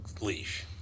leash